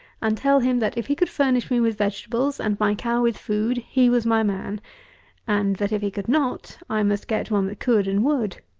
and tell him, that if he could furnish me with vegetables, and my cow with food, he was my man and that if he could not, i must get one that could and would.